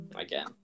again